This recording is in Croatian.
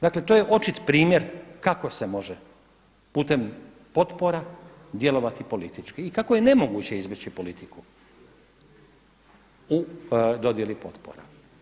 Dakle to je očit primjer kako se može putem potpora djelovati politički i kako je nemoguće izbjeći politiku u dodjeli potpora.